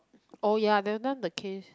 oh ya they've done the case